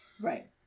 Right